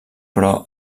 però